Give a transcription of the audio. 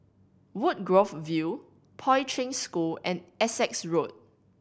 Woodgrove View Poi Ching School and Essex Road